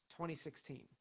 2016